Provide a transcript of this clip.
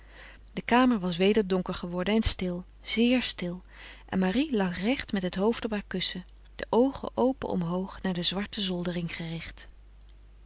de kamer was weder donker geworden en stil zeer stil en marie lag recht met het hoofd op haar kussen de oogen open omhoog naar de zwarte zoldering gericht